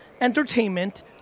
entertainment